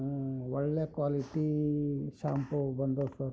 ಒಳ್ಳೆ quality shampoo ಬಂದದ್ದು sir